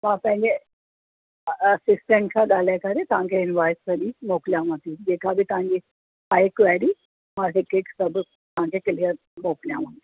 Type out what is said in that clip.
मां पंहिंजे अ असिटेंट सां ॻाल्हाए करे तव्हां खे इनवॉइस सॼी मोकिलियांव थी जेका बि तव्हां जी आहे क्वाएरी मां हिते सभु तव्हां खे क्लियर मोकिलियांव